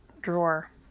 drawer